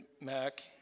Mac